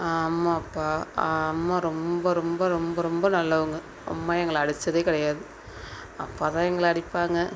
அம்மா அப்பா அம்மா ரொம்ப ரொம்ப ரொம்ப ரொம்ப நல்லவங்க அம்மா எங்களை அடித்ததே கிடையாது அப்பா தான் எங்களை அடிப்பாங்க